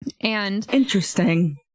Interesting